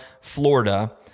Florida